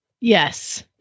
yes